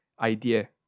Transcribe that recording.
idea